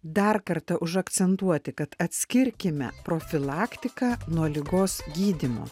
dar kartą užakcentuoti kad atskirkime profilaktiką nuo ligos gydymo